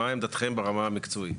מה עמדתכם ברמה המקצועית.